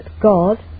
God